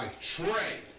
Trey